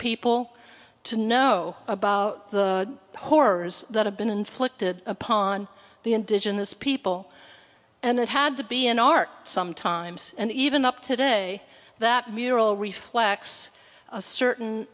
people to know about the horrors that have been inflicted upon the indigenous people and it had to be an art sometimes and even up today that mural reflects a certain